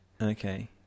Okay